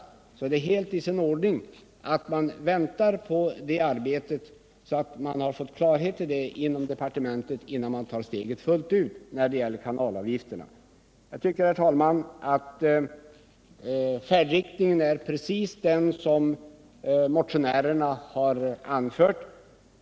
Så det är helt i sin ordning att man väntar på det arbetet inom departementet innan man tar steget fullt ut när det gäller kanalavgifterna. Jag tycker, herr talman, att färdriktningen är precis den som motionärerna har angivit.